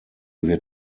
wird